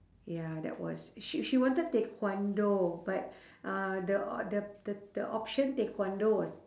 ya that was she she wanted taekwondo but uh the o~ the the the option taekwondo was